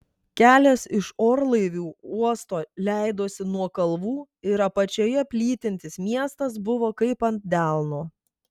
kelias iš orlaivių uosto leidosi nuo kalvų ir apačioje plytintis miestas buvo kaip ant delno